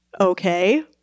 Okay